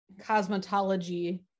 cosmetology